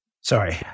Sorry